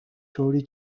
طوری